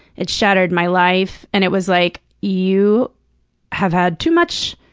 it shattered my life. and it was like, you have had too much.